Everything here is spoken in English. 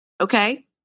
okay